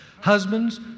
Husbands